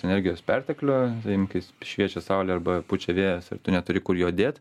energijos perteklių imkis šviečia saulė arba pučia vėjas ir tu neturi kur jo dėt